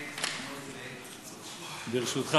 ברשותך,